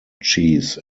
cheese